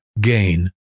gain